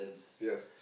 yes